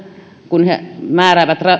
kun he määräävät